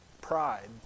pride